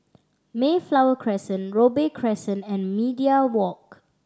Mayflower Crescent Robey Crescent and Media Walk